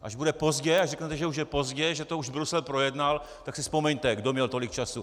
Až bude pozdě, až řeknete, že už je pozdě, že to už Brusel projednal, tak si vzpomeňte, kdo měl tolik času.